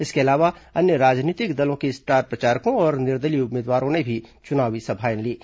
इसके अलावा अन्य राजनीतिक दलों के स्टार प्रचारकों और निर्दलीय उम्मीदवारों ने भी चुनावी सभाएं लीं